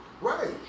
Right